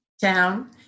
town